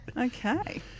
Okay